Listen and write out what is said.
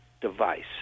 device